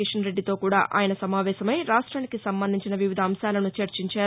కిషన్ రెడ్డితో కూడా ఆయన సమావేశమై రాష్ట్వినికి సంబంధించిన వివిధ అంశాలను చర్చించారు